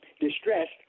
distressed